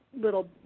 little